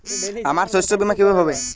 আমার শস্য বীমা কিভাবে হবে?